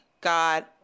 God